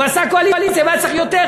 והוא עשה קואליציה, והוא היה צריך יותר.